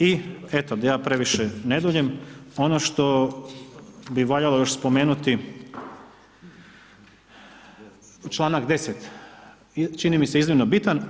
I eto da ja previše ne duljim, ono što bi valjalo još spomenuti, članak 10., čini mi se iznimno bitan.